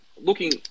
looking